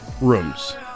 Rooms